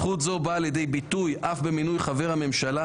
זכות זו באה לידי ביטוי אף במינוי חבר הממשלה